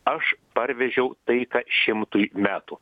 aš parvežiau taiką šimtui metų